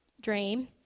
dream